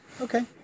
Okay